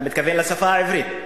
אני מתכוון לשפה העברית.